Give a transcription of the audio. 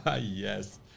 Yes